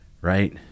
right